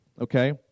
okay